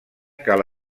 cal